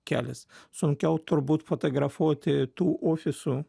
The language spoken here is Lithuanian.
kelias sunkiau turbūt fotografuoti tų ofisų